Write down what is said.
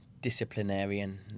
disciplinarian